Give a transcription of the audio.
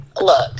look